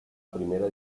primera